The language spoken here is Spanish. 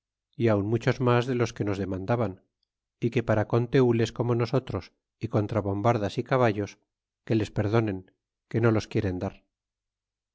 é aun muchos mas de los que nos demandaban que para contra tenles como nosotros é contra bombardas é caballos que les perdonen que no los quieren dar